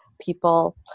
people